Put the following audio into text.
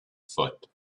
foot